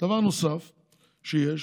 דבר נוסף שיש,